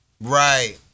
Right